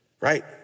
right